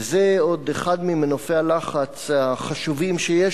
וזה עוד אחד ממנופי הלחץ החשובים שיש